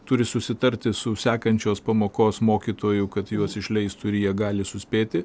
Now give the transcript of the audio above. turi susitarti su sekančios pamokos mokytoju kad juos išleistų ir jie gali suspėti